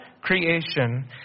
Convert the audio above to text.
creation